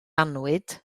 annwyd